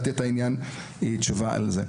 משרד החינוך צריך לתת איזו שהיא תשובה בעניין הזה.